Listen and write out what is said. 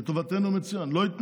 לטובתנו, מצוין, לא ייתנו,